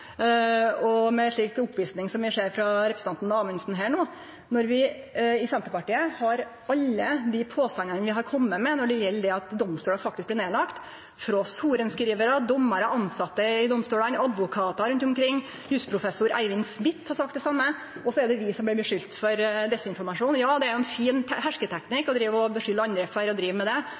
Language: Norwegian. med ei slik oppvisning som vi ser frå representanten Amundsen her no, når vi i Senterpartiet har alle dei påstandane vi har kome med når det gjeld det at domstolar faktisk blir lagde ned, frå sorenskrivarar, dommarar, tilsette i domstolane og advokatar rundt omkring. Jussprofessor Eivind Smith har sagt det same. Og så er det vi som blir skulda for desinformasjon! Ja, det er ein fin hersketeknikk å skulde på andre for å drive med dette, medan ein faktisk driv med det